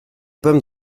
pommes